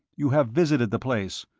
you have visited the place.